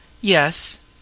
Yes